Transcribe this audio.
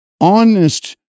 honest